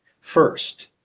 first